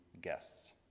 guests